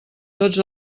tots